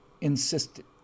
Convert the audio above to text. insisted